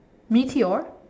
meteor